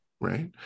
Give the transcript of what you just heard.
right